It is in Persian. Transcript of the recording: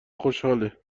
خوشحاله